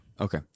Okay